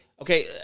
Okay